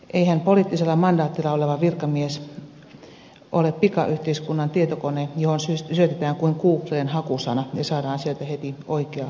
eihän poliittisella mandaatilla oleva virkamies ole pikayhteiskunnan tietokone johon syötetään kuin googleen hakusana ja saadaan sieltä heti oikea vastaus ulos